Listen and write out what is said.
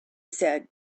said